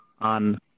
on